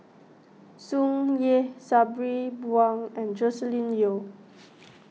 Tsung Yeh Sabri Buang and Joscelin Yeo